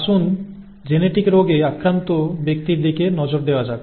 আসুন জেনেটিক রোগে আক্রান্ত ব্যক্তির দিকে নজর দেওয়া যাক